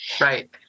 right